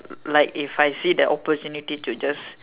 like if I see the opportunity to just